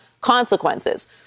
consequences